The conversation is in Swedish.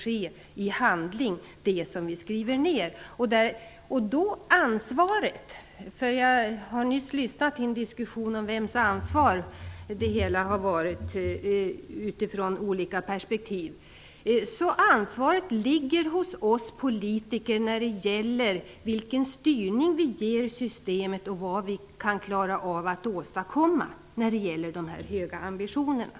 De beslut som vi skriver ned måste också omsättas i handling. Jag har nyss lyssnat på diskussionen om vem som haft ansvaret i olika perspektiv, och jag vill säga att ansvaret ligger hos oss politiker när det gäller styrningen av systemet och genomförandet av de höga ambitionerna.